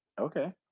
Okay